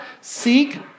seek